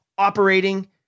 Operating